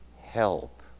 help